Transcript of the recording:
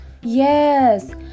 yes